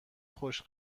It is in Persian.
خوش